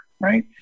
right